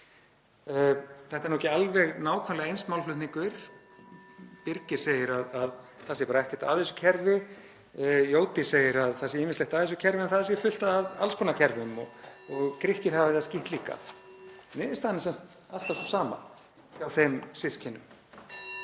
Þetta er nú ekki alveg nákvæmlega eins málflutningur. Birgir segir að það sé bara ekkert að þessu kerfi, Jódís segir að það sé ýmislegt að þessu kerfi en það sé fullt af alls konar kerfum og Grikkir hafi það skítt líka. (Forseti hringir.) Niðurstaðan er alltaf sú sama hjá þeim systkinum;